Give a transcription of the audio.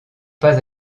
pas